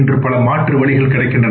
இன்று பல மாற்று வழிகள் கிடைக்கின்றன